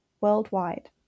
worldwide